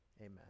amen